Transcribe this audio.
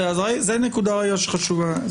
זו נקודה חשובה.